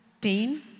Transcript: pain